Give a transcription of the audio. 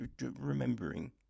remembering